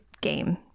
game